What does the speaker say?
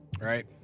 Right